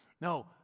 No